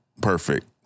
perfect